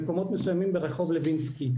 במקומות מסוימים היום ברחוב לוינסקי.